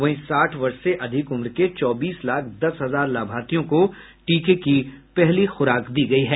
वहीं साठ वर्ष से अधिक उम्र के चौबीस लाख दस हजार लाभार्थियों को टीके की पहली खुराक दी गयी है